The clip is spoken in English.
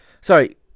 Sorry